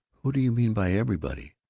who do you mean by everybody?